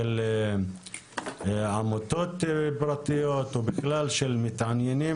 של עמותות פרטיות ובכלל של מתעניינים